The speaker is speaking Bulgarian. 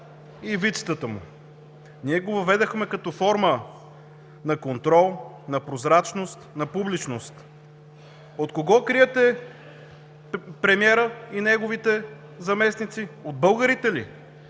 и вицетата му. Ние го въведохме като форма на контрол, на прозрачност, на публичност. От кого криете премиера и неговите заместници, от българите ли?!